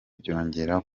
byongera